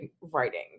writing